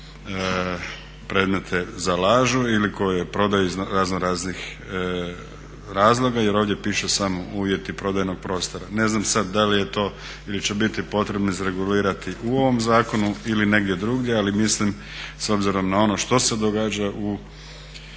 predmete zalažu ili koje je prodaju iz razno raznih razloga. Jer ovdje piše samo uvjeti prodajnog prostora. Ne znam sad da li je to ili će biti potrebno izregulirati u ovom zakonu ili negdje drugdje. Ali mislim s obzirom na ono što se događa u